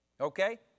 okay